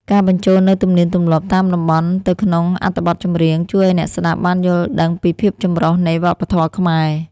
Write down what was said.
ការបញ្ចូលនូវទំនៀមទម្លាប់តាមតំបន់ទៅក្នុងអត្ថបទចម្រៀង ជួយឱ្យអ្នកស្តាប់បានយល់ដឹងពីភាពចម្រុះនៃវប្បធម៌ខ្មែរ។